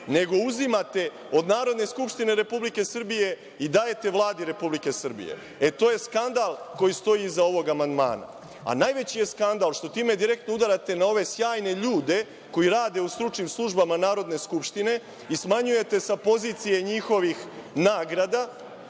Nego uzimate od Narodne skupštine Republike Srbije i dajete Vladi Republike Srbije. E, to je skandal koji stoji iza ovog amandmana. Najveći je skandal što time direktno udarate na ove sjajne ljude koji rade u stručnim službama Narodne skupštine i smanjujete sa pozicija njihovih nagrada